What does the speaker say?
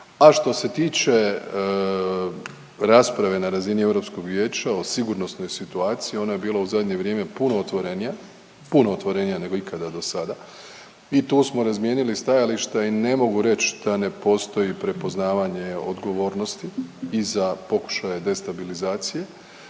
A što se tiče rasprave na razini Europskog vijeća o sigurnosnoj situaciji, ona je bila u zadnje vrijeme puno otvorenija. Puno otvorenija nego ikada do sada i tu smo razmijenili stajališta i ne mogu reć da ne postoji prepoznavanje odgovornosti i za pokušaje destabilizacije,